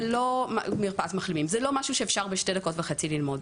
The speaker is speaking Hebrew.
מרפאת מחלימים בקהילה היא לא מרפאת מחלימים רגילה,